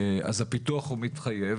אז הפיתוח הוא מתחייב,